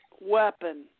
weapon